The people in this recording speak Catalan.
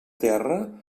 terra